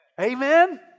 Amen